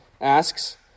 asks